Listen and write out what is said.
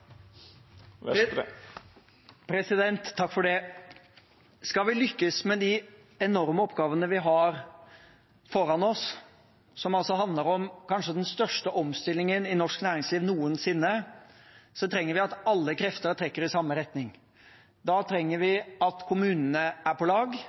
Skal vi lykkes med de enorme oppgavene vi har foran oss, som handler om kanskje den største omstillingen i norsk næringsliv noensinne, trenger vi at alle krefter trekker i samme retning. Da trenger vi at kommunene er på lag,